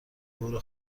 دور